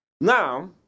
Now